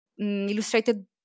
illustrated